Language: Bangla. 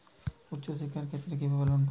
উচ্চশিক্ষার ক্ষেত্রে কিভাবে লোন পাব?